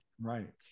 Right